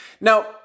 Now